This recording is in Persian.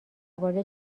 وارد